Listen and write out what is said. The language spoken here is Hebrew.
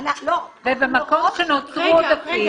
ובמקום שנוצרו עודפים --- לא.